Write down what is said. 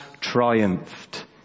triumphed